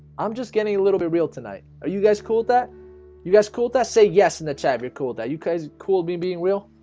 i'm just getting a little bit real tonight are you guys cool with that you guys cool that say yes in the chat you're cool that you guys cool. be being real